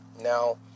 Now